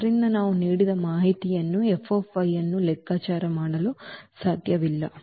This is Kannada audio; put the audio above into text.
ಆದ್ದರಿಂದ ನಾವು ನೀಡಿದ ಮಾಹಿತಿಯಿಂದ ಈ ಅನ್ನು ಲೆಕ್ಕಾಚಾರ ಮಾಡಲು ಸಾಧ್ಯವಿಲ್ಲ